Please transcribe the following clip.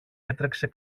έτρεξε